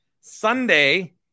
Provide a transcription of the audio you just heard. Sunday